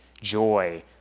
joy